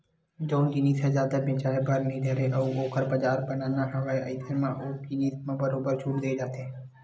जउन जिनिस ह जादा बेचाये बर नइ धरय अउ ओखर बजार बनाना हवय अइसन म ओ जिनिस म बरोबर छूट देय जाथे